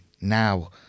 now